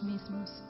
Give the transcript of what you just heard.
mismos